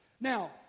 Now